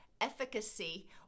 efficacy